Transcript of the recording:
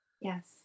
Yes